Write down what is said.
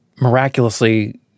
miraculously